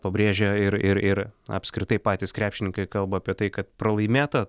pabrėžia ir ir ir apskritai patys krepšininkai kalba apie tai kad pralaimėta